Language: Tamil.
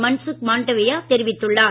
மன்சுக் மண்டாவியா தெரிவித்துள்ளார்